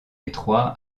étroits